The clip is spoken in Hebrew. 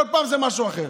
כל פעם זה משהו אחר.